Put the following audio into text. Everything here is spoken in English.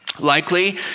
Likely